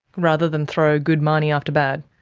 rather than throw good money after bad?